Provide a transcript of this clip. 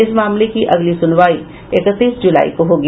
इस मामले की अगली सुनवाई इकतीस जुलाई को होगी